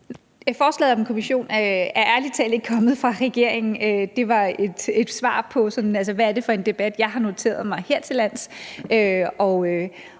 Forslaget om en kommission er ærlig talt ikke kommet fra regeringen. Det var sådan et svar på, hvad det er for en debat, jeg har noteret mig her til lands.